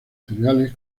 cereales